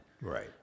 Right